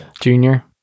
junior